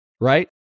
right